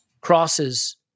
crosses